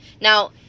Now